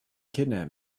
kidnap